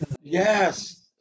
Yes